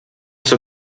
zur